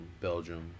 belgium